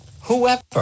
whoever